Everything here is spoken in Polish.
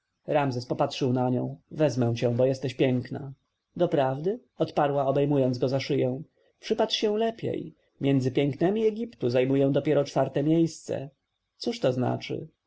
ramzes popatrzył na nią wezmę cię bo jesteś piękna doprawdy odparła obejmując go za szyję przypatrz mi się lepiej między pięknemi egiptu zajmuję dopiero czwarte miejsce cóż to znaczy